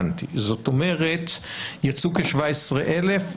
זאת אומרת יצאנו כ-17,000,